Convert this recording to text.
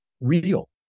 real